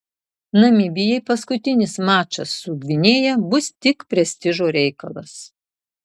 namibijai paskutinis mačas su gvinėja bus tik prestižo reikalas